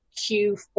q4